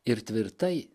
ir tvirtai